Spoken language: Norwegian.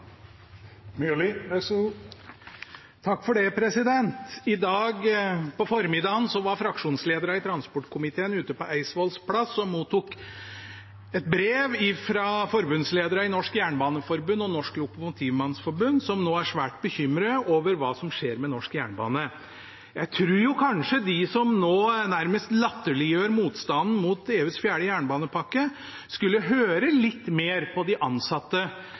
I dag på formiddagen var fraksjonslederne i transportkomiteen ute på Eidsvolls plass og mottok et brev fra forbundslederne i Norsk Jernbaneforbund og Norsk Lokomotivmannsforbund, som nå er svært bekymret over hva som skjer med norsk jernbane. Jeg tror kanskje de som nå nærmest latterliggjør motstanden mot EUs fjerde jernbanepakke, skulle høre litt mer på de ansatte